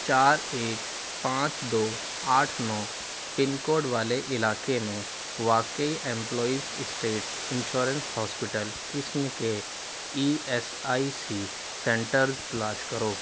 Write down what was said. چار ایک پانچ دو آٹھ نو پن کوڈ والے علاقے میں واقع امپلائیز اسٹیٹ انشورنس ہاسپیٹل قسم کے E S I C centres تلاش کرو